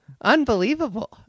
unbelievable